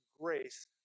grace